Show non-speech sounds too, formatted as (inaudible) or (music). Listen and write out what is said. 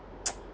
(noise)